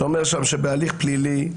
שאומר שבהליך פלילי,